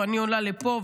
אני עולה לפה,